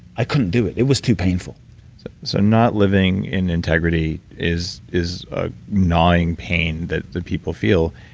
i couldn't do it. it was too painful so, not living in integrity is is a gnawing pain that that people feel,